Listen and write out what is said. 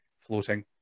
floating